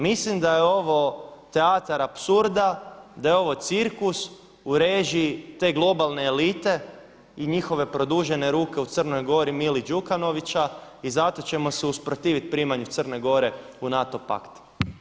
Mislim da je ovo teatar apsurda, da je ovo cirkus u režiji te globalne elite i njihove produžene ruke u Crnoj Gori Mili Đukanovića i zato ćemo se usprotivi primanju Crne Gore u NATO pakt.